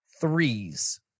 threes